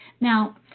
Now